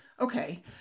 Okay